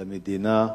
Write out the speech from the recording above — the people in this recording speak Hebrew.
למדינה,